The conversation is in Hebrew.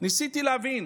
ניסיתי להבין